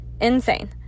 Insane